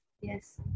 Yes